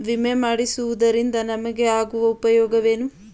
ವಿಮೆ ಮಾಡಿಸುವುದರಿಂದ ನಮಗೆ ಆಗುವ ಉಪಯೋಗವೇನು?